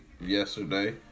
yesterday